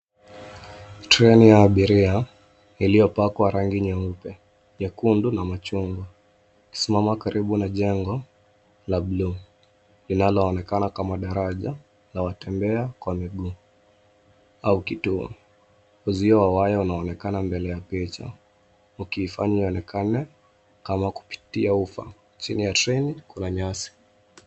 Treni ya abiria iliyopakwa rangi nyeupe, nyekundu na machungwa ikisimama karibu na jengo la bluu linaloonekana kama daraja na watembea kwa miguu au kituo. Uzio wa waya unaonekana mbele ya picha ukiifanya ionekane kama kupitia ufa. Chini ya treni kuna nyasi.